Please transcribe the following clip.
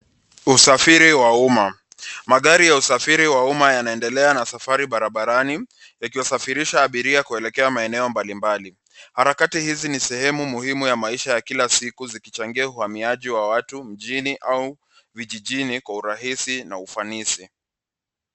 Usafiri wa umma. Magari ya usafiri wa umma yanaendelea na usafiri barabarani yakiwasafirisha abiria kuelekea maeneo mbalimbali. Harakati hizi ni sehemu muhimu ya maisha ya kila siku zikichangia uhamiaji wa watu mjini au vijijini kwa urahisi na ufanisi.